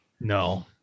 No